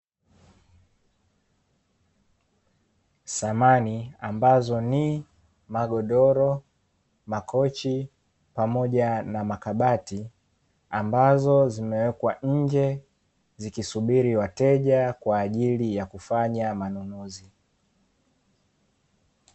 Samani ambazo ni; magodoro, makochi pamoja na makabati, ambazo zimewekwa nje zikisubiri wateja kwa ajili ya kufanya manunuzi.